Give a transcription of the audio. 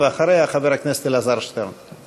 אחריה, חבר הכנסת אלעזר שטרן.